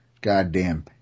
goddamn